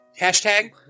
hashtag